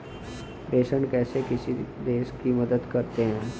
प्रेषण कैसे किसी देश की मदद करते हैं?